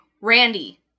Randy